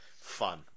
Fun